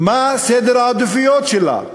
מה סדר העדיפויות שלה?